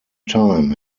time